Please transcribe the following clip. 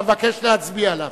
אתה מבקש להצביע עליו.